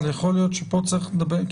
אבל יכול להיות שפה צריך לדבר,